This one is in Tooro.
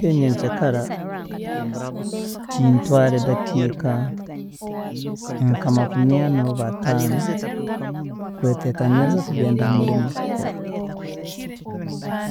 Nyenkya kara, kintwaarra edakiika nka makumi ana oba ataana kweteekaniza hamurimo kugenda kukora.